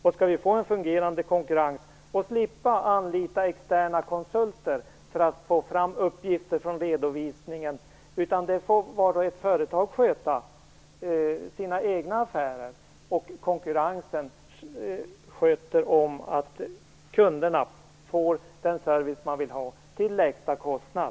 Vi skall få en fungerande konkurrens och slippa anlita externa konsulter för att få fram uppgifter från redovisningen, utan varje företag får sköta sina egna affärer. Konkurrensen skall sköta om att kunderna får den service de vill ha till lägsta kostnad.